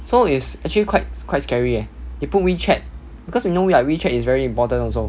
so is actually quite quite scary eh they put WeChat because we know ya WeChat is also very important also